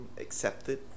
accepted